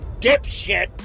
dipshit